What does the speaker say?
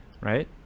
right